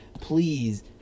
Please